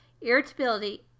irritability